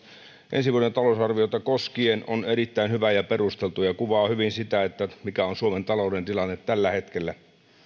ensi vuoden talousarviota koskien on erittäin hyvä ja perusteltu ja kuvaa hyvin sitä mikä on suomen talouden tilanne tällä hetkellä